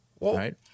Right